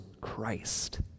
Christ